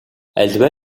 аливаа